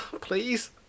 please